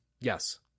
Yes